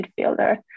midfielder